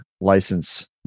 license